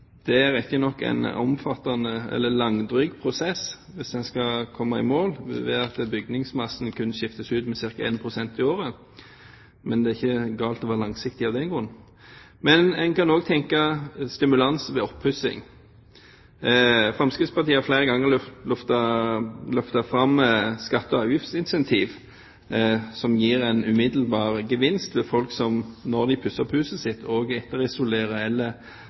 har dog ikke egne mål for energieffektivisering, selv om vi har en del virkemidler gjennom Enova. Det skal jeg komme tilbake til. I arbeidet for å energieffektivisere kan en stille krav ved nybygging. Det er riktignok en omfattende, eller langdryg, prosess hvis en skal komme i mål, ved at bygningsmassen kun skiftes ut med ca. 1 pst. i året. Men det er ikke galt å være langsiktig av den grunn. Men en kan også tenke stimulans ved oppussing. Fremskrittspartiet har flere ganger